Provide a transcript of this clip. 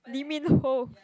Lee-Min-Ho